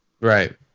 right